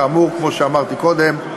כאמור כמו שאמרתי קודם,